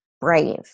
brave